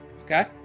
Okay